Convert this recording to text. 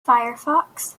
firefox